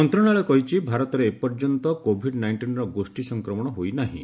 ମନ୍ତ୍ରଣାଳୟ କହିଛି ଭାରତରେ ଏ ପର୍ଯ୍ୟନ୍ତ କୋଭିଡ୍ ନାଇଷ୍ଟିନ୍ର ଗୋଷୀ ସଂକ୍ରମଣ ହୋଇନାହିଁ